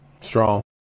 Strong